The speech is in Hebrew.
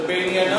זה בעניינו.